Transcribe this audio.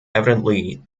evidently